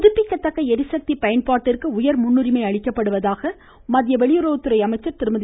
புதுப்பிக்கதக்க ளிசக்தி பயன்பாட்டிற்கு உயர் முன்னுரிமை அளிக்கப்படுவதாக மத்திய வெளியுறவுத்துறை அமைச்சர் திருமதி